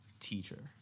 teacher